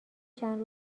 چند